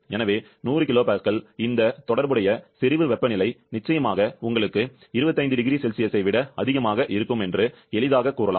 எனவே 100 kPa இந்த தொடர்புடைய செறிவு வெப்பநிலை நிச்சயமாக உங்களுக்கு 25 0C ஐ விட அதிகமாக இருக்கும் என்று எளிதாகக் கூறலாம்